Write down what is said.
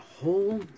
whole